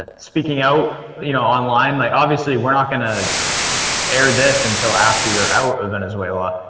ah speaking out you know online like obviously we're not gonna air this until after you're out of venezuela,